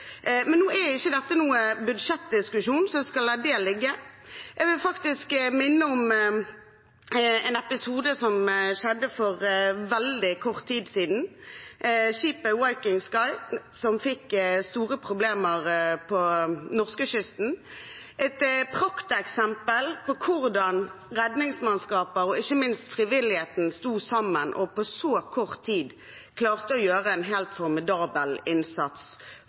Men nå er ikke dette noen budsjettdiskusjon, så jeg skal la det ligge. Jeg vil minne om en episode som skjedde for veldig kort tid siden, med skipet «Viking Sky», som fikk store problemer på norskekysten. Det er et prakteksempel på hvordan redningsmannskaper og ikke minst frivilligheten stod sammen og på kort tid klarte å gjøre en helt formidabel innsats